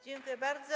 Dziękuję bardzo.